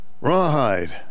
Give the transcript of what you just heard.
Rawhide